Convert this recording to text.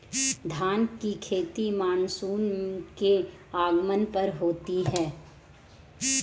धान की खेती मानसून के आगमन पर होती है